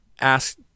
ask